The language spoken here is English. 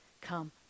come